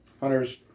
Hunter's